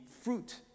fruit